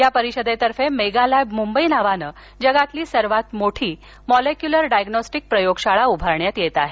या परिषदेतर्फे mega lab Mumbai नावाने जगातील सर्वात मोठी मॉलेक्युलर डायग्नोस्टीक प्रयोगशाळा उभारण्यात येत आहे